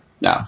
No